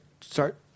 start